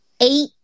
eight